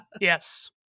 Yes